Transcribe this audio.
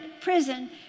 prison